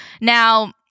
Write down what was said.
now